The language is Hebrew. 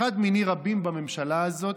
אחד מיני רבים בממשלה הזאת,